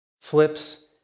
flips